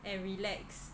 and relax